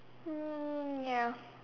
um ya